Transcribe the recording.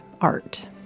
art